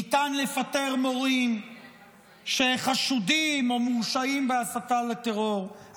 ניתן לפטר מורים שחשודים בהסתה לטרור או מורשעים בו,